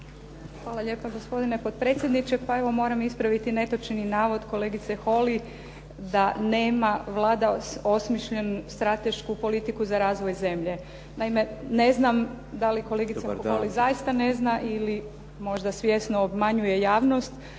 Hvala lijepo gospodine potpredsjedniče. Pa evo, moram ispraviti netočni navod kolegice Holy da nema Vlada osmišljenu stratešku politiku za razvoj zemlje. Naime, ne znam da li kolegica Holy zaista ne zna, možda svjesno obmanjuje javnost,